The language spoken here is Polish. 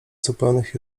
zupełnych